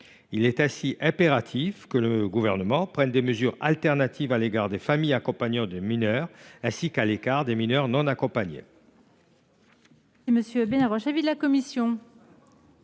Il est ainsi impératif que le Gouvernement prenne des mesures de substitution à l’égard des familles accompagnantes de mineurs, ainsi qu’à l’égard des mineurs non accompagnés.